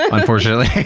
unfortunately,